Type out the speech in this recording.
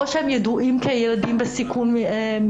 או שהם ידועים מראש כילדים בסיכון,